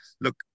look